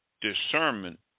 discernment